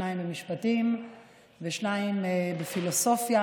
שניים במשפטים ושניים בפילוסופיה,